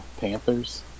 Panthers